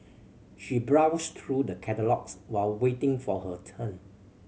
she browsed through the catalogues while waiting for her turn